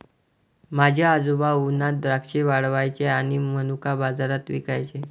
माझे आजोबा उन्हात द्राक्षे वाळवायचे आणि मनुका बाजारात विकायचे